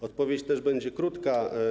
Odpowiedź też będzie krótka.